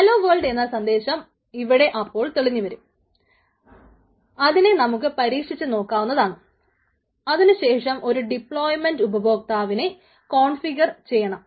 hello world ചെയ്യണം